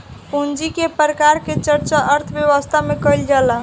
पूंजी के प्रकार के चर्चा अर्थव्यवस्था में कईल जाला